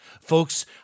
Folks